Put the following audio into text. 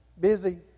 Busy